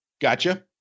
gotcha